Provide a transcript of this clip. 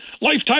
lifetime